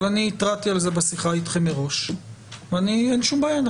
אבל אני התרעתי על זה בשיחה איתכם מראש ואין שום בעיה,